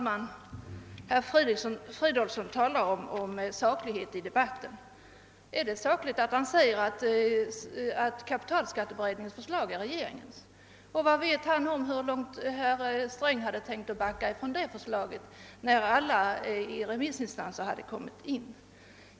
Herr talman! Herr Fridolfsson talar om saklighet i debatten. Är det sakligt att göra gällande att kapitalskatteberedningens förslag är regeringens förslag? Vad vet herr Fridolfsson om hur långt herr Sträng hade tänkt backa från detta förslag sedan alla remissyttranden hade kommit in?